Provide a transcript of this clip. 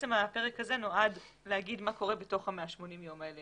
הפרק הזה נועד להגיד מה קורה בתוך ה-180 ימים האלה